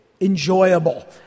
enjoyable